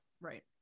Right